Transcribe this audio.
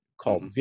called